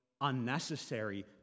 unnecessary